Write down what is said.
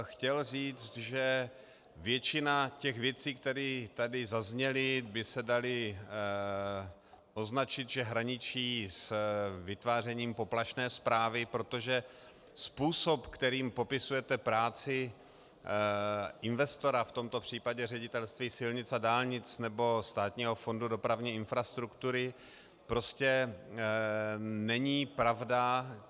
Chtěl bych říct, že většina věcí, které tady zazněly, by se dala označit, že hraničí s vytvářením poplašné zprávy, protože způsob, kterým popisujete práci investora, v tomto případě Ředitelství silnic a dálnic nebo Státního fondu dopravní infrastruktury, prostě není pravda.